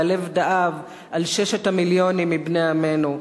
והלב דאב על ששת המיליונים מבני עמנו.